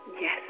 Yes